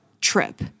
trip